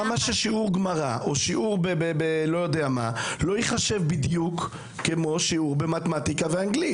למה ששיעור גמרא לא ייחשב בדיוק כמו שיעור במתמטיקה ואנגלית?